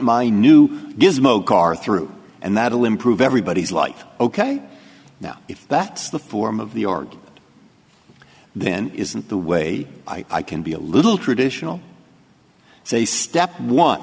my new gizmo car through and that'll improve everybody's life ok now if that's the form of the org then isn't the way i can be a little traditional say